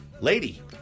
Lady